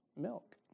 milk